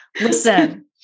listen